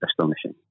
astonishing